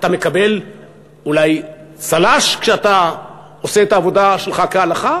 מקבל אולי צל"ש כשאתה עושה את העבודה שלך כהלכה,